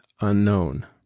unknown